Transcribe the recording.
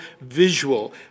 visual